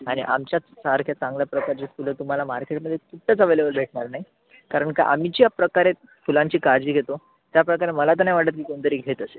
आणि आमच्याच सारख्या चांगल्या प्रकारचे फुलं तुम्हाला मार्केटमध्ये कुठ्ठेच अवेलेबल भेटणार नाही कारण का आम्ही ज्याप्रकारे फुलांची काळजी घेतो त्याप्रकारे मला तर नाही वाटत की कोणतरी घेत असेल